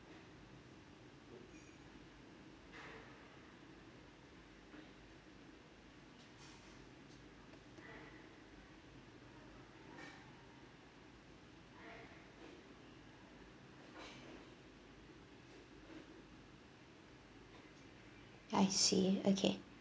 I see okay